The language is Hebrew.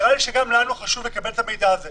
נראה לי שגם לנו חשוב לקבל את המידע הזה.